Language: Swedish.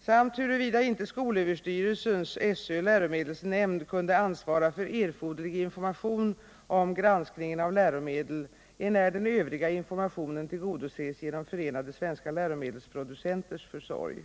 samt huruvida inte skolöverstyrelsens läromedelsnämnd kunde ansvara för erforderlig information om granskningen av läromedel enär den övriga informationen tillgodoses genom Förenade Svenska Läromedelsproducenters försorg.